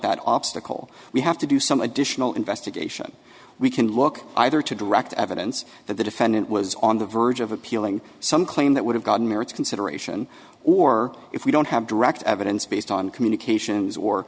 that obstacle we have to do some additional investigation we can look either to direct evidence that the defendant was on the verge of appealing some claim that would have gotten merits consideration or if we don't have direct evidence based on communications or